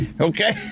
Okay